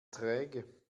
träge